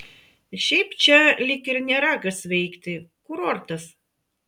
šiaip čia lyg ir nėra kas veikti kurortas